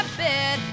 bed